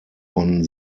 von